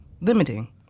limiting